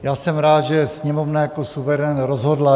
Já jsem rád, že Sněmovna jako suverén rozhodla.